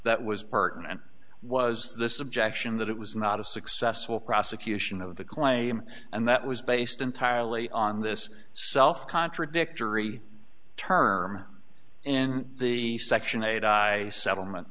and was this objection that it was not a successful prosecution of the claim and that was based entirely on this self contradictory term in the section eight i settlement